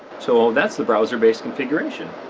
so that's the browser-based configuration,